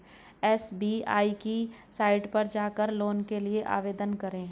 SBI की site पर जाकर लोन के लिए आवेदन करो